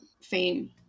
fame